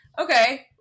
Okay